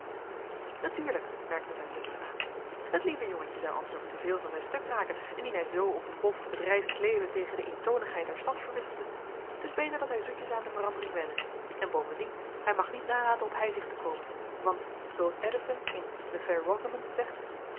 natuurlijk merkte zijn zuster aan het lieve jongetje zou anders ook te veel van zijn stuk raken indien hij zoo op een bof het reizend leven tegen de eentonigheid der stad verwisselde t is beter dat hij zoetjes aan de verandering wenne en bovendien hij mag niet nalaten op heizicht te komen want zoo als addison in the fair rosamond zegt